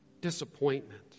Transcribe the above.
disappointment